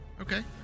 okay